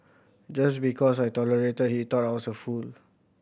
just because I tolerated he thought I was a fool